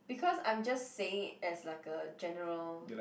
because I'm just saying it as like a general